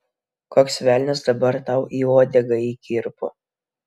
koks velnias dabar tau į uodegą įkirpo